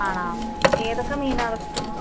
ആണോ ഏതൊക്കെ മീനാണ്